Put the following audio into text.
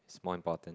is more important